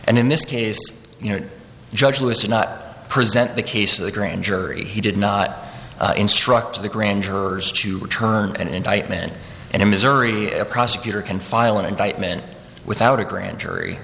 and in this case you know judge lewis did not present the case of the grand jury he did not instruct the grand jurors to return an indictment and in missouri a prosecutor can file an indictment without a grand jury